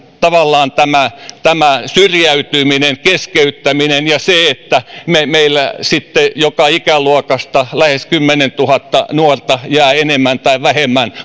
tavallaan tämä tämä syrjäytyminen keskeyttäminen ja se että meillä sitten joka ikäluokasta lähes kymmenentuhatta nuorta jää enemmän tai vähemmän